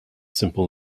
simple